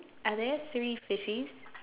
are there three fishes